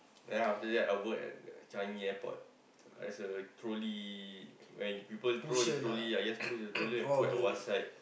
then after that I work at Changi Airport as the trolley when you people throw the trolley I just take the trolley and put at one side